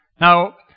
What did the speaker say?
Now